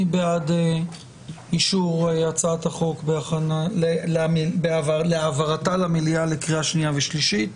מי בעד אישור הצעת החוק להעברתה למליאה לקריאה שנייה ושלישית?